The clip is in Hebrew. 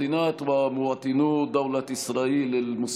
(אומר דברים בשפה הערבית, להלן תרגומם: